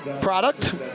product